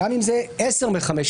וגם אם זה 10 מ-15,